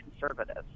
conservatives